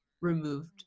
removed